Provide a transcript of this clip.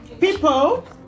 People